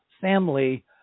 family